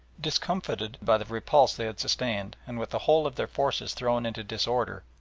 discomfited by the repulse they had sustained and with the whole of their forces thrown into disorder,